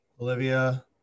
Olivia